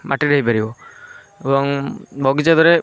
ମାଟିରେ ହେଇପାରିବ ଏବଂ ବଗିଚାରେ